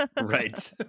Right